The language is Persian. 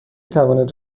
توانید